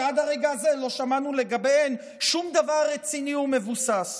שעד הרגע הזה לא שמענו לגביהן שום דבר רציני ומבוסס.